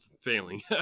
failing